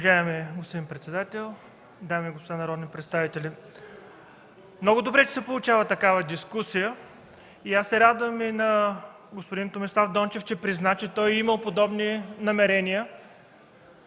Уважаеми господин председател, дами и господа народни представители! Много добре е, че се получава такава дискусия и се радвам, че господин Томислав Дончев призна, че той е имал подобни намерения,